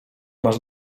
masz